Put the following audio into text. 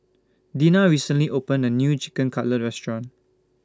Dina recently opened A New Chicken Cutlet Restaurant